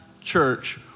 church